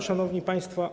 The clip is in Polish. Szanowni Państwo!